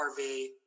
RV